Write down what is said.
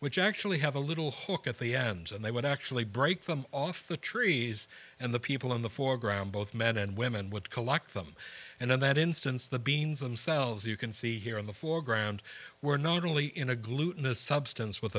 which actually have a little hole at the ends and they would actually break them off the trees and the people in the foreground both men and women would collect them and in that instance the beans them selves you can see here in the foreground were not only in a glutenous substance with